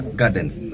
gardens